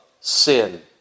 sin